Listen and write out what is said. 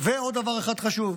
ועוד דבר אחד חשוב,